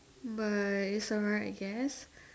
but is alright I guess